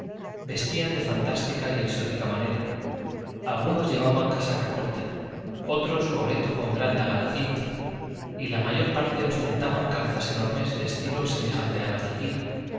vestían de fantástica y exótica manera algunos llevaban casaca corta otros coleto con gran daga al cinto y la mayor parte ostentaban calzas enormes de estilo semejante a las del guía